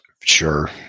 Sure